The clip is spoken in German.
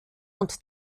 und